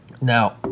Now